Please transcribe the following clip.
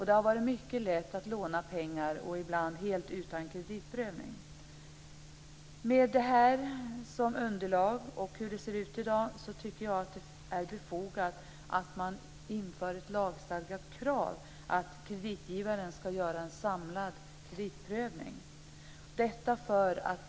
Det har varit mycket lätt att låna pengar, ibland helt utan kreditprövning. Med det som underlag och med tanke på hur det ser ut i dag tycker jag att det är befogat att man inför ett lagstadgat krav att kreditgivaren ska göra en samlad kreditprövning.